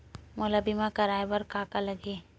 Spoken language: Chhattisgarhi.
मोला बीमा कराये बर का का लगही?